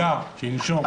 אני רוצה שיירגע, שינשום.